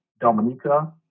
Dominica